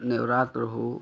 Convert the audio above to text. नवरात्र हो